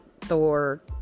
Thor